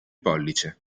pollice